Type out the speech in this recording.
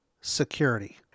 Security